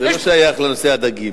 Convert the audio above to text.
זה לא שייך לנושא הדגים.